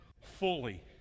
fully